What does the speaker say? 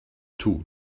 too